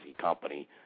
company